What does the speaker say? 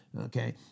okay